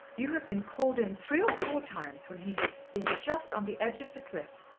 you have been called in three or four times when he has been just on the edge of the cliff.